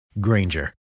Granger